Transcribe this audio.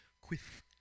Quiff